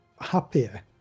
happier